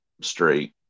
straight